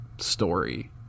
Story